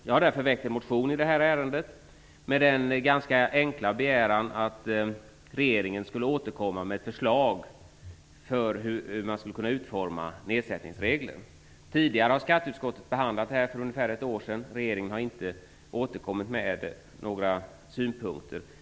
Jag har väckt en motion i det här ärendet med den ganska enkla begäran att regeringen skall återkomma med ett förslag om utformning av ersättningsregler. Skatteutskottet har tidigare, för ungefär ett år sedan, behandlat den här frågan. Regeringen har inte återkommit med några synpunkter.